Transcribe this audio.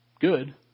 good